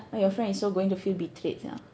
!wah! your friend is so going to feel betrayed sia